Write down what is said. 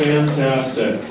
Fantastic